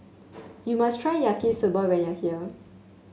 you must try Yaki Soba when you are here